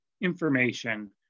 information